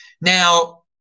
Now